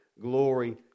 glory